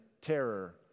terror